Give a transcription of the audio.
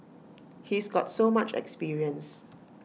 he's got so much experience